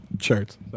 Shirts